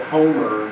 Homer